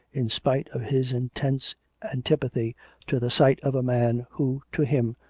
in spite of his intense antipathy to the sight of a man who, to him,